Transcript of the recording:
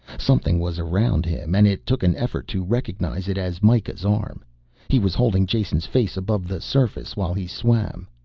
something was around him and it took an effort to recognize it as mikah's arm he was holding jason's face above the surface while he swam.